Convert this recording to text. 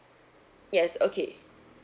yes okay